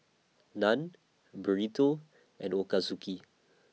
Naan Burrito and Ochazuke